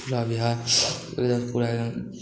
पूरा बिहार